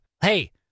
hey